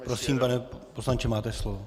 Prosím, pane poslanče, máte slovo.